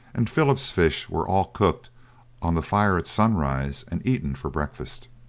and philip's fish were all cooked on the fire at sunrise, and eaten for breakfast.